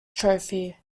trophy